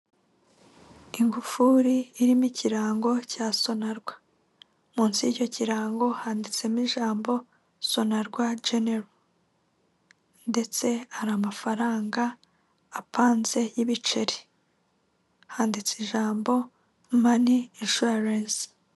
Ingufuri irimo ikirango cya sonarwa, munsi y'icyo kirango handitsemo ijambo sonarwa genero ndetse hari amafaranga apanze y'ibiceri. Handitse ijambo mani inshuwarensi.